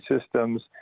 systems